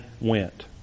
went